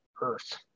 Earth